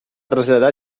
traslladar